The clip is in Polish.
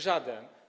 Żaden.